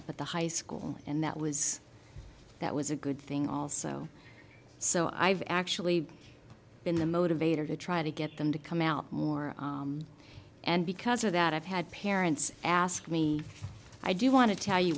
up at the high school and that was that was a good thing also so i've actually been the motivator to try to get them to come out more and because of that i've had parents ask me i do want to tell you